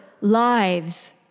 lives